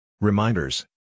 Reminders